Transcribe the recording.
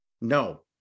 No